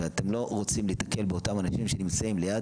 ואתם לא רוצים להיתקל באותם אנשים שנמצאים ליד